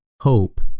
Hope